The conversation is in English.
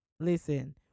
Listen